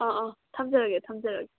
ꯊꯝꯖꯔꯒꯦ ꯊꯝꯖꯔꯒꯦ